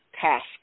task